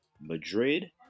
Madrid